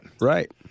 Right